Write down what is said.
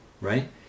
right